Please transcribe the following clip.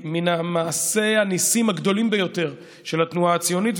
ממעשי הניסים הגדולים ביותר של התנועה הציונית,